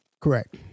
Correct